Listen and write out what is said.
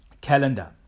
calendar